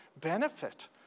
benefit